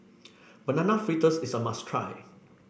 Banana Fritters is a must try